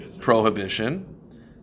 prohibition